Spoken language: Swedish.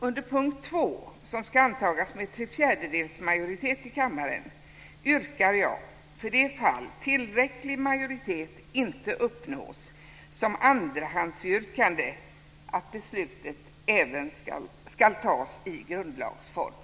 Under punkt 2, som ska antas med tre fjärdedels majoritet i kammaren, yrkar jag för det fall tillräcklig majoritet inte uppnås som andrahandsyrkande att beslutet ska tas i den ordning som gäller för ändring av grundlag.